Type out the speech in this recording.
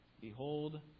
Behold